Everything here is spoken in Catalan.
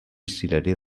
cirerer